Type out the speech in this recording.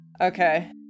Okay